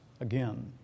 again